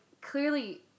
clearly